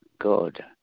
God